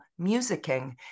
musicking